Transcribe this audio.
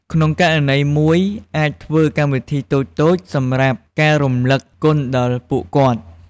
ក្នុងករណីមួយអាចធ្វើកម្មវិធីតូចៗ សម្រាប់ការរំលឹកគុណដល់ពួកគាត់។